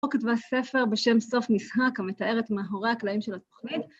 כתבה ספר בשם סוף משחק, המתאר את מאחורי הקלעים של התוכנית.